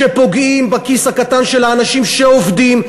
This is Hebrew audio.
שפוגעים בכיס הקטן של האנשים שעובדים,